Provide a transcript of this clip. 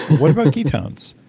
what about ketones?